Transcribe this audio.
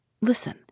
Listen